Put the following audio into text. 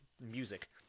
music